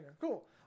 Cool